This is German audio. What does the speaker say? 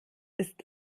ist